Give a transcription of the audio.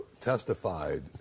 testified